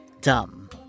dumb